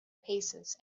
paces